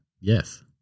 Yes